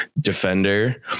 defender